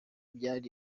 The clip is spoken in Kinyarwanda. byari